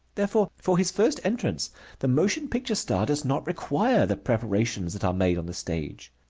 therefore, for his first entrance the motion picture star does not require the preparations that are made on the stage.